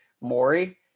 Maury